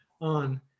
on